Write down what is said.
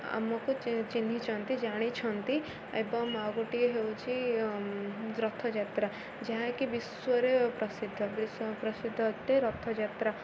ଆମକୁ ଚିହ୍ନିଛନ୍ତି ଜାଣିଛନ୍ତି ଏବଂ ଆଉ ଗୋଟିଏ ହେଉଛି ରଥଯାତ୍ରା ଯାହାକି ବିଶ୍ୱରେ ପ୍ରସିଦ୍ଧ ପ୍ରସିଦ୍ଧ ଏତେ ରଥଯାତ୍ରା